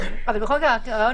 בכל מקרה, הרעיון